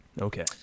Okay